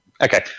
okay